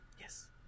Yes